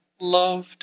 loved